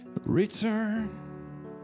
Return